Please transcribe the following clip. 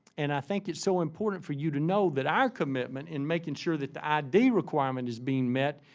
and i think it's so important for you to know that our commitment in making sure that the id requirement is being met,